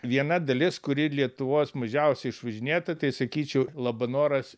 viena dalis kuri lietuvos mažiausiai išvažinėta tai sakyčiau labanoras